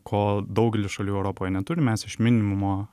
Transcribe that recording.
kol daugely šalių europoje neturim mes iš minimumo